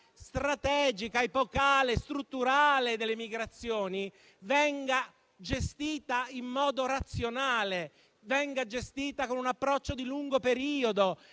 strategica, epocale, strutturale delle migrazioni venga gestita in modo razionale, con un approccio di lungo periodo,